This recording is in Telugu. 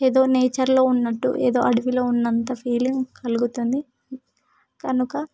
ఏదో నేచర్లో ఉన్నట్టు ఏదో అడవిలో ఉన్నంత ఫీలింగ్ కలుగుతుంది కనుక